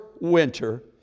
winter